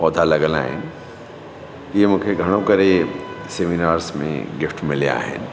पौधा लगियल आहिनि इहे मूंखे घणो करे सेमिनार्स में गिफ्ट मिलिया आहिनि